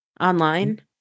online